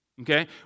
Okay